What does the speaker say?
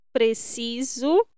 Preciso